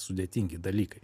sudėtingi dalykai